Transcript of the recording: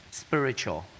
spiritual